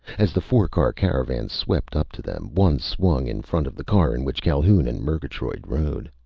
as the four-car caravan swept up to them, one swung in front of the car in which calhoun and murgatroyd rode.